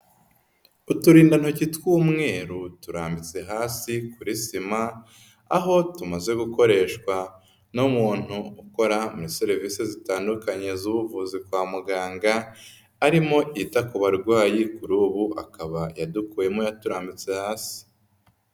Uturindantoki tw'umweru turambitse hasi kuri sima, aho tumaze gukoreshwa n'umuntu ukora muri serivisi zitandukanye z'ubuvuzi kwa muganga, arimo yita ku barwayi, kuri ubu akaba yadukuyemo yaturambitse hasi.